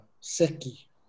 Seki